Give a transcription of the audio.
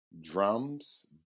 drums